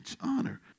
honor